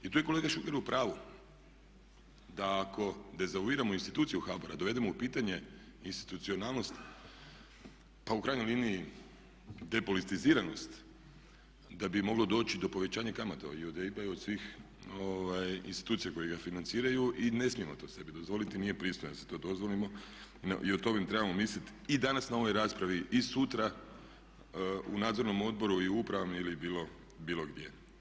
I tu je kolega Šuker u pravu da ako dezavuiramo institucije u HBOR a dovedemo u pitanje institucionalnost, pa u krajnjoj liniji depolitiziranost da bi moglo doći do povećanja kamata i od EIB-a i od svih institucija koje ga financiraju i ne smijemo to sebi dozvoliti i nije pristojno da si to dozvolimo i o tome trebamo misliti i danas na ovoj raspravi i sutra u nadzornom odboru i upravama ili bilo gdje.